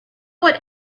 what